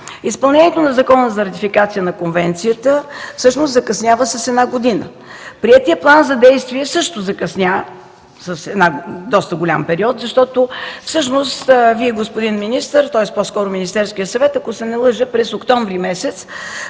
Изпълнението на Закона за Ратификация на Конвенцията всъщност закъснява с една година. Приетият план за действие също закъсня с доста голям период, защото Вие, господин министър, по-скоро Министерският съвет, ако не се лъжа през октомври прие